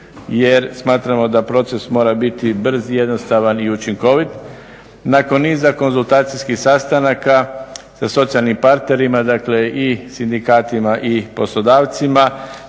jer smatramo da proces mora biti brz, jednostavan i učinkovit. Nakon niza konzultacijskih sastanaka sa socijalnim partnerima i sindikatima i poslodavcima